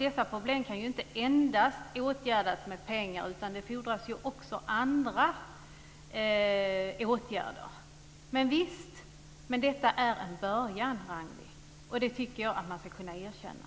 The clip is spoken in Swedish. Dessa problem kan inte endast åtgärdas med pengar. Det fordras också andra åtgärder. Men detta är en början, Ragnwi Marcelind. Det tycker jag att man ska kunna erkänna.